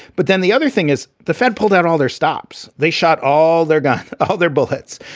but then the other thing is the fed pulled out all their stops. they shot all their guy, other bullets.